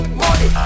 money